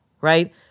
right